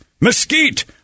mesquite